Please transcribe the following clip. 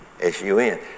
S-U-N